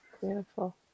Beautiful